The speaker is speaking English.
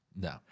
No